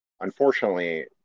unfortunately